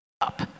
up